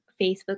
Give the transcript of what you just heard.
Facebook